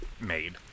made